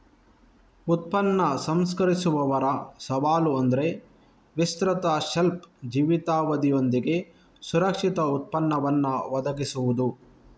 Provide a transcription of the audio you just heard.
ಉತ್ಪನ್ನ ಸಂಸ್ಕರಿಸುವವರ ಸವಾಲು ಅಂದ್ರೆ ವಿಸ್ತೃತ ಶೆಲ್ಫ್ ಜೀವಿತಾವಧಿಯೊಂದಿಗೆ ಸುರಕ್ಷಿತ ಉತ್ಪನ್ನವನ್ನ ಒದಗಿಸುದು